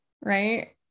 right